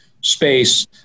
space